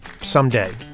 someday